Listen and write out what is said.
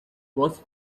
was